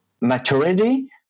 maturity